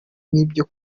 n’ibyo